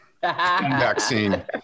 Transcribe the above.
vaccine